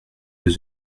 deux